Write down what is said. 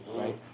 right